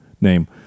name